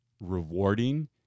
rewarding